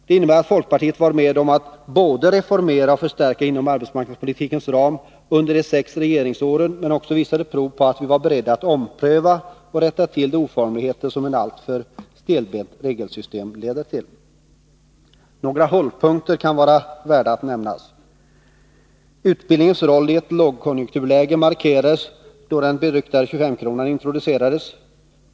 Det innebär att folkpartiet var med om att både reformera och förstärka inom arbetsmarknadspolitikens ram under de sex regeringsåren och också visade prov på att vi var beredda att ompröva och rätta till de oformligheter som ett allt för stelbent regelsystem leder till. Några hållpunkter kan vara värda att nämna. Utbildningens roll i ett lågkonjunkturläge markerades då den beryktade 25-kronan introducerades.